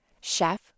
chef